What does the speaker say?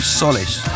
solace